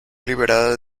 liberada